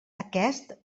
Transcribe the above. aquest